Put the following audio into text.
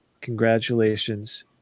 congratulations